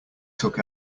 took